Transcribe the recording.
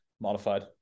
modified